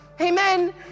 Amen